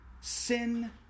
sin